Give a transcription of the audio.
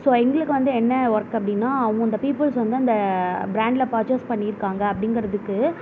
so எங்களுக்கு வந்து என்ன ஒர்க் அப்படினா அந்தந்த பீப்புள்ஸ் வந்து அந்த பிராண்டில் பர்ச்சஸ் பண்ணியிருக்காங்க அப்படிங்குறதுக்கு